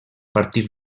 partir